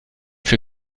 für